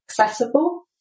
accessible